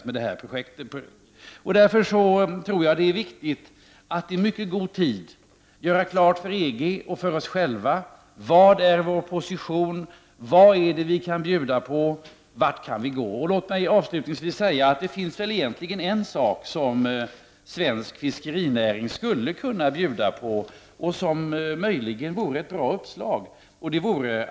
Det är därför viktigt att i mycket god tid göra klart för EG och oss själva vilken position vi har, vad vi kan bjuda på och vart vi kan gå. Jag vill avslutningsvis säga att det finns en sak som svensk fiskerinäring skulle kunna bjuda på och som möjligen vore ett bra uppslag.